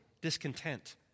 discontent